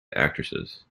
actresses